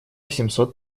семьсот